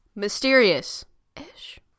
mysterious-ish